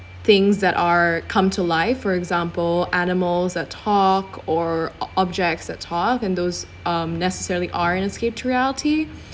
things that are come to life for example animals that talk or objects that talk and those um necessarily aren't escape reality